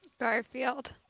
Garfield